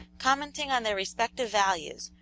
commenting on their respective values,